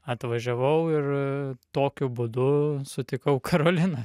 atvažiavau ir tokiu būdu sutikau karoliną